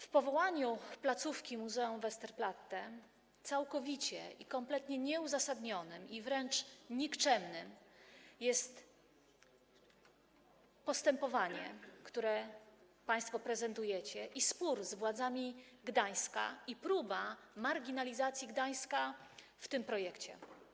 W powołaniu placówki muzeum Westerplatte całkowicie i kompletnie nieuzasadnionym i wręcz nikczemnym postępowaniem, które państwo prezentujecie, jest spór z władzami Gdańska i próba marginalizacji Gdańska w tym projekcie.